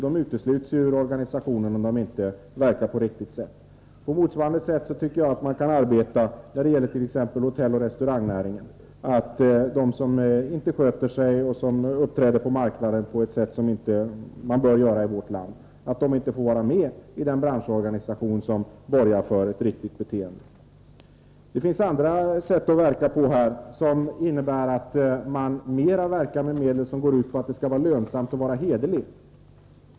De utesluts ju ur organisationen om de inte verkar på ett riktigt sätt. Jag tycker att man kan arbeta på motsvarande sätt när det gäller t.ex. hotelloch restaurangbranschen: de som inte sköter sig utan uppträder på marknaden på ett sätt som man inte bör göra i vårt land skall inte få vara med i den branschorganisation som borgar för ett riktigt beteende. Det finns andra sätt att verka på som innebär att man arbetar mer med medel som går ut på att det skall vara lönsamt att vara hederlig.